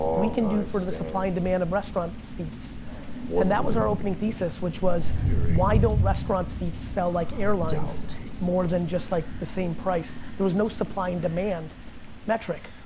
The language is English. we can do for the supply and demand of restaurant seats and that was our opening thesis, which was why don't restaurant seats sell like airlines more than just like the same price. there was no supply and demand metric.